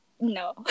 No